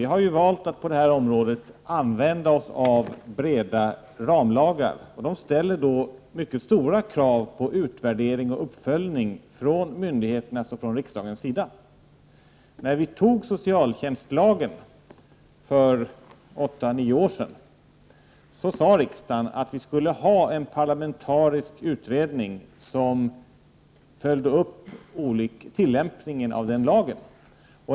Vi har ju valt att på det här området använda oss av breda ramlagar, och det ställer då mycket stora krav på utvärdering och uppföljning från myndigheternas och från riksdagens sida. När vi antog socialtjänstlagen för åtta nio år sedan sade riksdagen att vi skulle ha en parlamentarisk utredning som följde upp tillämpningen av den lagen.